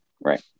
Right